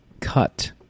cut